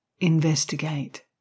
Investigate